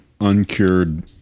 uncured